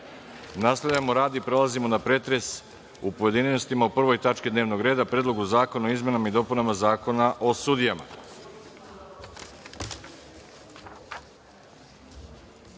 rad i prelazimo na pretres u pojedinostima o prvoj tački dnevnog reda – Predlog zakona o izmenama i dopunama Zakona o sudijama. Primili